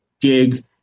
gig